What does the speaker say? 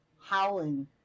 howling